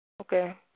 Okay